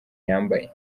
yambaye